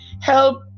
help